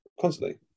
constantly